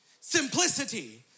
simplicity